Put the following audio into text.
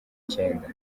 icyenda